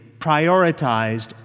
prioritized